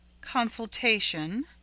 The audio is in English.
Consultation